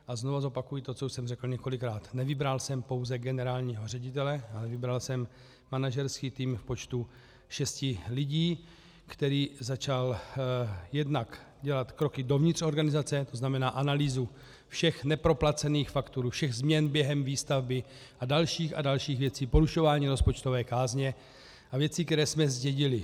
A znovu zopakuji to, co už jsem řekl několikrát nevybral jsem pouze generálního ředitele, ale vybral jsem manažerský tým v počtu šesti lidí, který začal jednak dělat kroky dovnitř organizace, tzn. analýzu všech neproplacených faktur, všech změn během výstavby a dalších a dalších věcí, porušování rozpočtové kázně a věcí, které jsme zdědili.